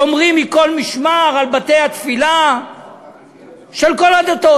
שומרים מכל משמר על בתי-התפילה של כל הדתות.